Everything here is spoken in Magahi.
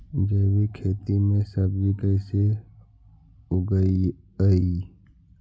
जैविक खेती में सब्जी कैसे उगइअई?